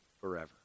forever